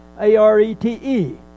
A-R-E-T-E